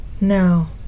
now